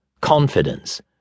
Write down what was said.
confidence